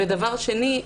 דבר שני,